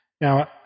Now